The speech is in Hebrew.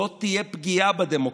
זאת תהיה פגיעה בדמוקרטיה.